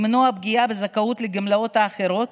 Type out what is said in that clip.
למנוע פגיעה בזכאות לגמלאות אחרות,